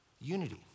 Unity